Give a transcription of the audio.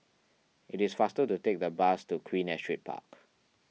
it is faster to take the bus to Queen Astrid Park